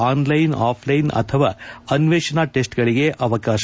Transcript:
online offline ಅಥವಾ ಅನ್ವೇಷಣಾ ಟೆಸ್ಟ್ಗಳಿಗೆ ಅವಕಾಶ